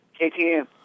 KTM